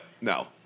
no